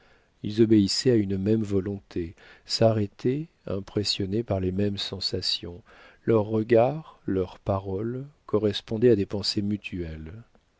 ils obéissaient à une même volonté s'arrêtaient impressionnés par les mêmes sensations leurs regards leurs paroles correspondaient à des pensées mutuelles